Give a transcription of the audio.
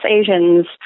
Asians